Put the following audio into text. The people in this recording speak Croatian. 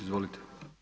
Izvolite.